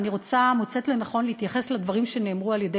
ואני מוצאת לנכון להתייחס לדברים שנאמרו על-ידי